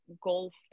golf